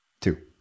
Two